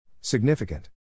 Significant